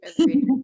agreed